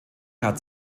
hat